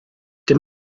dim